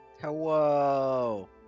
Hello